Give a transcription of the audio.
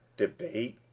debate,